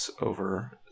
over